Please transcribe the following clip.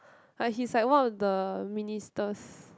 like he is like one of the ministers